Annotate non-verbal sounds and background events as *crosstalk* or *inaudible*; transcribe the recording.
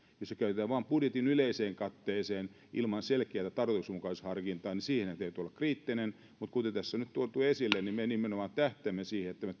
jos se käytetään vain budjetin yleiseen katteeseen ilman selkeätä tarkoituksenmukaisuusharkintaa niin siinä täytyy olla kriittinen mutta kuten tässä nyt on tuotu esille niin me nimenomaan tähtäämme siihen että me *unintelligible*